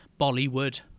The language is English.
Bollywood